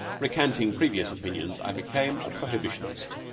recanting previous opinions, i became a prohibitionist.